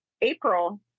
April